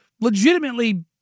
legitimately